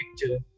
picture